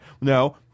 No